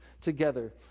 together